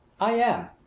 i am.